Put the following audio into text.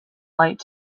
light